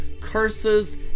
Curses